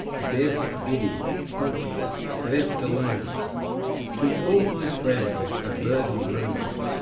deaf, giddy helpless left alone to all my friends a burden grown,